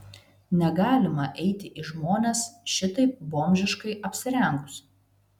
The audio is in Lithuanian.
negalima eiti į žmones šitaip bomžiškai apsirengus